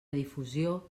difusió